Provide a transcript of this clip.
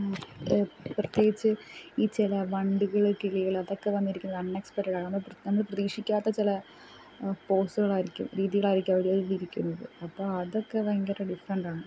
പ്രത്യേകിച്ച് ഈ ചില വണ്ട്കൾ കിളികൾ അതക്കെ വന്നിരിക്കുന്നത് അണ്ണെക്സ്പെക്റ്റടാണ് നമ്മൾ പ്രതിക്ഷിക്കാത്ത ചില പോസ്സ്കളായിരിക്കും രീതീലായിരിക്കും അവർ അവരിരിക്കുന്നത് അപ്പം അതക്കെ ഭയങ്കര ഡിഫ്രൻറ്റാണ്